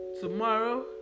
tomorrow